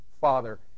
Father